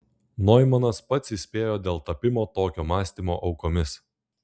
noimanas pats įspėjo dėl tapimo tokio mąstymo aukomis